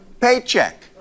paycheck